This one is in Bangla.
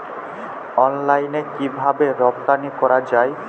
অনলাইনে কিভাবে রপ্তানি করা যায়?